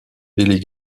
willy